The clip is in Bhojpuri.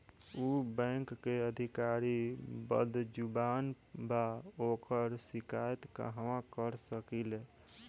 उ बैंक के अधिकारी बद्जुबान बा ओकर शिकायत कहवाँ कर सकी ले